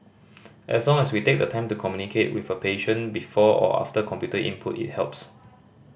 as long as we take the time to communicate with a patient before or after computer input it helps